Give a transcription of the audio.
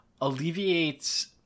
alleviates